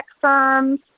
firms